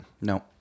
No